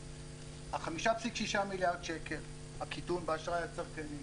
ה-5.6 מיליארד שקל קיטון באשראי הצרכני,